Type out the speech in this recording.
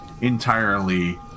entirely